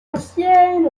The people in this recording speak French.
ancienne